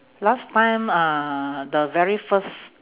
last time uh the very first